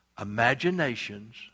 imaginations